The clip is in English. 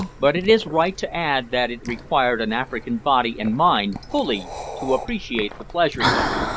but it is right to add that it required an african body and mind fully to appreciate the pleasures of it.